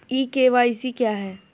ई KYC क्या है?